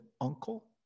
uncle